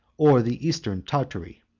or the eastern tartary.